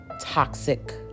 toxic